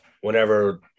whenever